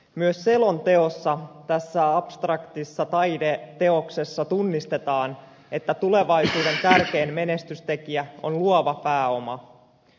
myös selonteossa tässä abstraktissa taideteoksessa tunnistetaan että tulevaisuuden tärkein menestystekijä on luova pääoma